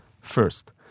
First